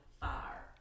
fire